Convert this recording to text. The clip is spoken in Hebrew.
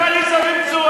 שלא תקרא לי זב ומצורע.